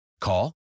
Call